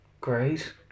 Great